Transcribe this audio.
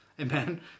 amen